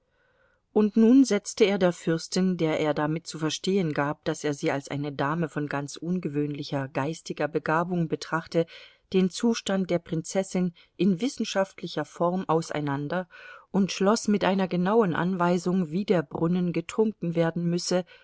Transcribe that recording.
und nun setzte er der fürstin der er damit zu verstehen gab daß er sie als eine dame von ganz ungewöhnlicher geistiger begabung betrachte den zustand der prinzessin in wissenschaftlicher form auseinander und schloß mit einer genauen anweisung wie der brunnen getrunken werden müsse